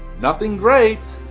nothing great,